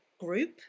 group